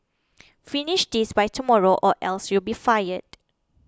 finish this by tomorrow or else you'll be fired